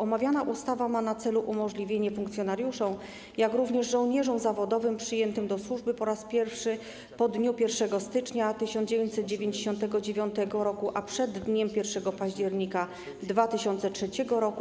Omawiana ustawa ma na celu umożliwienie funkcjonariuszom, jak również żołnierzom zawodowym przyjętym do służby po raz pierwszy po dniu 1 stycznia 1999 r., a przed dniem 1 października 2003 r.,